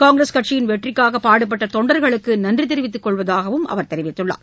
காங்கிரஸ் கட்சியின் வெற்றிக்காக பாடுபட்ட தொண்டர்களுக்கு நன்றி தெரிவித்துக் கொள்வதாகக் அவர் தெரிவித்தார்